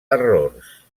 errors